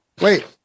Wait